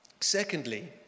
secondly